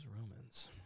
Romans